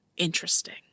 Interesting